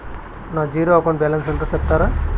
నా zero account balance ఎంతో సెప్తారా?